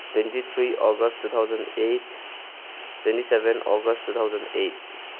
twenty three August two thousand eight twenty seven August two thousand eight